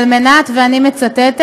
כדי, ואני מצטטת: